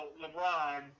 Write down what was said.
lebron